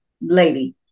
lady